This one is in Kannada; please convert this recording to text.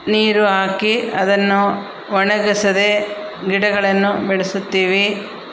ನೀರು ಹಾಕಿ ಅದನ್ನು ಒಣಗಿಸದೆ ಗಿಡಗಳನ್ನು ಬೆಳೆಸುತ್ತೀವಿ